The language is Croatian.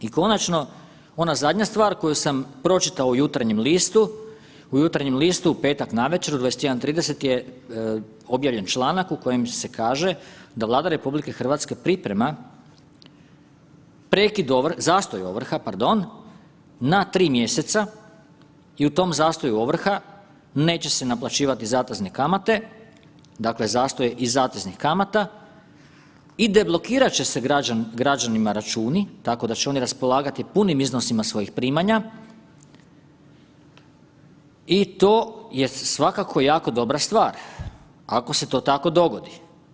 I konačno, ona zadnja stvar koju sam pročitao u „Jutarnjem listu“, u „Jutarnjem listu“ u petak navečer u 21 i 30 je objavljen članak u kojem se kaže da Vlada RH priprema prekid, zastoj ovrha pardon, na 3 mjeseca i u tom zastoju ovrha neće se naplaćivati zatezne kamate, dakle zastoj je i zateznih kamata i deblokirat će se građanima računa tako da će oni raspolagati punim iznosima svojih primanja i to je svakako jako dobra stvar ako se to tako dogodi.